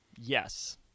Yes